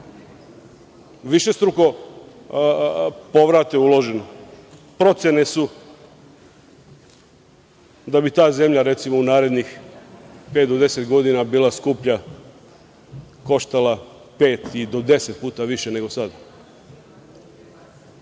višestruko povrate uloženo. Procene su da bi ta zemlja, recimo, u narednih pet do deset godina bila skuplja, koštala pet i do deset puta više nego sada. Da